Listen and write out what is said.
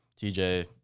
TJ